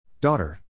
Daughter